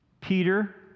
Peter